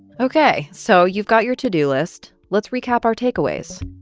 ok, so you've got your to-do list. let's recap our takeaways.